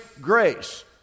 grace